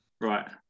right